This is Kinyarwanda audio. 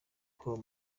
kuba